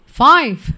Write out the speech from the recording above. five